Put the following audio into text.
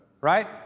right